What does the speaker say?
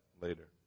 later